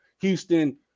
houston